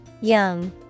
Young